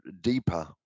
deeper